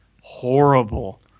horrible